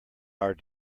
our